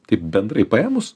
taip bendrai paėmus